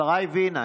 השרה הבינה,